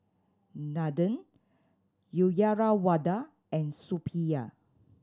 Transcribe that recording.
Nathan Uyyalawada and Suppiah